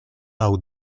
out